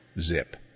zip